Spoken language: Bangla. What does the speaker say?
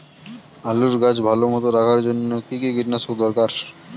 আলুর গাছ ভালো মতো রাখার জন্য কী কী কীটনাশক দরকার?